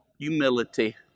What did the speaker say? humility